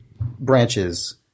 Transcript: branches